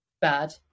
bad